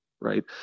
right